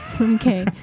Okay